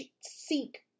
seek